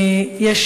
יש